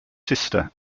sister